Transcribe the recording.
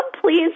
please